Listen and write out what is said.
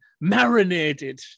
marinated